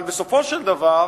אבל, בסופו של דבר,